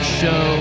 show